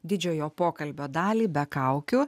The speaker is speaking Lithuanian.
didžiojo pokalbio dalį be kaukių